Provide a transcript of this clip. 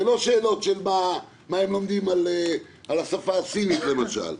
אלו לא שאלות של מה הם לומדים על השפה הסינית למשל.